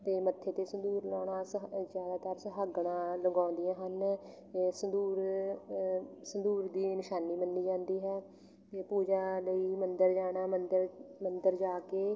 ਅਤੇ ਮੱਥੇ 'ਤੇ ਸੰਧੂਰ ਲਾਉਣਾ ਸਹ ਜ਼ਿਆਦਾਤਰ ਸੁਹਾਗਣਾ ਲਗਾਉਂਦੀਆਂ ਹਨ ਸੰਧੂਰ ਸੰਧੂਰ ਦੀ ਨਿਸ਼ਾਨੀ ਮੰਨੀ ਜਾਂਦੀ ਹੈ ਅਤੇ ਪੂਜਾ ਲਈ ਮੰਦਰ ਜਾਣਾ ਮੰਦਰ ਮੰਦਰ ਜਾ ਕੇ